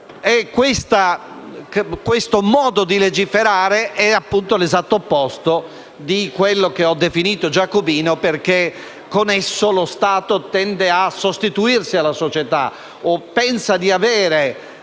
Questo modo di legiferare è, appunto, l'esatto opposto di quello che ho definito giacobino, perché con esso lo Stato tende a sostituirsi alla società o pensa di avere